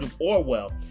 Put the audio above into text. Orwell